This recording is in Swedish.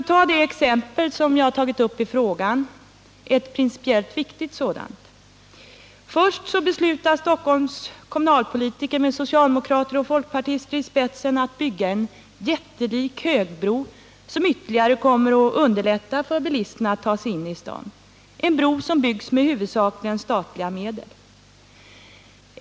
Ta det exempel som jag tagit upp i frågan, ett principiellt viktigt sådant: Först beslutar Stockholms kommunalpolitiker med socialdemokrater och folkpartister i spetsen att bygga en jättelik högbro, som ytterligare kommer att underlätta för bilisterna att ta sig in i staden, en bro som byggs med huvudsakligen statliga medel.